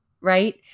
right